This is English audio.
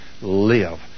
live